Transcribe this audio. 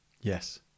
yes